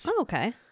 Okay